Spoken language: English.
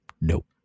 Nope